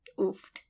oof